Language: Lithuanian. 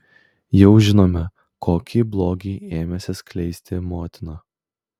jau žinome kokį blogį ėmėsi skleisti motina